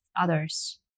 others